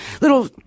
little